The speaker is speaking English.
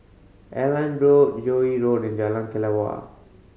Airline Road Joo Yee Road and Jalan Kelawar